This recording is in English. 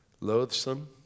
loathsome